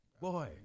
boy